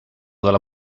dalla